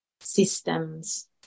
systems